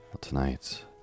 tonight